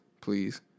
Please